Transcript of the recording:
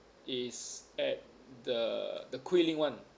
is at the the guilin [one]